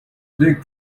big